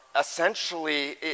essentially